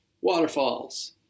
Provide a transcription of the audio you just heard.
waterfalls